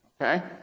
Okay